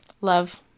Love